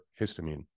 histamine